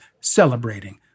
celebrating